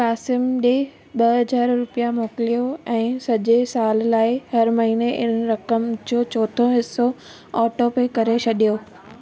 कासिम ॾिए ॿ हजार रुपया मोकिलियो ऐं सॼे साल लाइ हर महीने इन रक़म जो चोथों हिसो ऑटो पे करे छॾियो